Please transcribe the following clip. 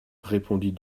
répondit